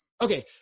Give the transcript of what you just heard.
Okay